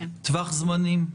טווח זמנים.